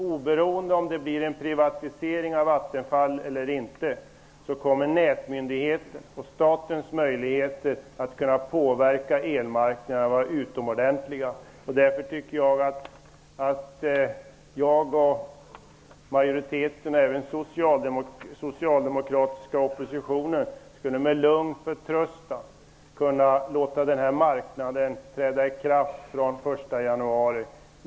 Oberoende av om det blir en privatisering av Vattenfall eller inte kommer nätmyndighetens och statens möjligheter att påverka elmarknaden att vara utomordentliga. Därför tycker jag att majoriteten och även den socialdemokratiska oppositionen med lugn förtröstan skulle kunna låta den här marknaden börja arbeta från den 1 januari.